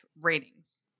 ratings